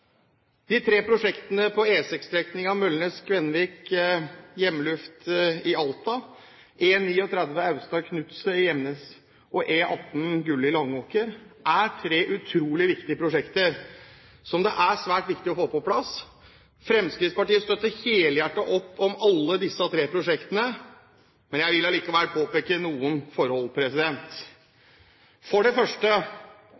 De tre prosjektene på E6-strekningen Møllnes–Kvenvik–Hjemmeluft i Alta, E39 Astad–Knutset i Gjemnes og E18 Gulli–Langåker er tre utrolig viktige prosjekter som det er svært viktig å få på plass. Fremskrittspartiet støtter helhjertet opp om alle disse tre prosjektene, men jeg vil likevel påpeke noen forhold.